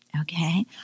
Okay